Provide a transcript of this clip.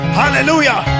hallelujah